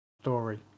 Story